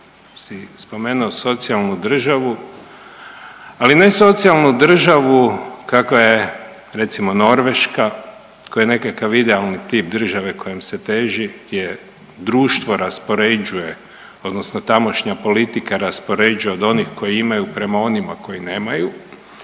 si spomenuo socijalnu državu, ali ne socijalnu državu kakva je recimo Norveška koja je nekakav idealni tip države kojem se teži gdje društvo raspoređuje odnosno tamošnja politika raspoređuje od onih koji imaju prema onima koji nemaju